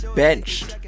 benched